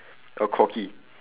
a corgi